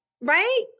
right